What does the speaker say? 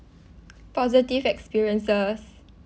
positive experiences